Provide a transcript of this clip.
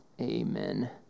amen